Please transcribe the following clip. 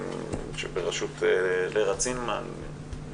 בראשות לרה צינמן,